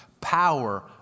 power